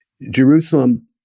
Jerusalem